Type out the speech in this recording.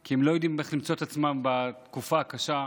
כי הם לא יודעים איך למצוא את עצמם בתקופה הקשה,